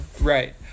Right